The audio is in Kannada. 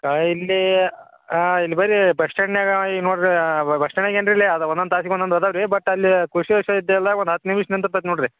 ಇಲ್ಲಿ ಇಲ್ಲಿ ಬರಿ ಸ್ಟ್ಯಾಂಡ್ನಾಗ ನೋಡ್ರಿ ಸ್ಟ್ಯಾಂಡ್ನಾಗ ಏನಿಲ್ಲ ರೀ ಅದು ಒಂದೊಂದು ತಾಸಿಗೆ ಒಂದೊಂದು ಹೋದಾವ ರೀ ಬಟ್ ಅಲ್ಲಿ ಖುಷಿ ವಿಶ್ವ ವಿದ್ಯಾಲಯದಾಗ ಒಂದು ಹತ್ತು ನಿಮಿಷ ನಿಂದ್ರದತ್ ನೋಡ್ರಿ